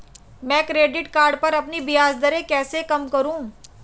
मैं credit card पर अपनी ब्याज दरें कैसे कम करूँ?